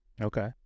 Okay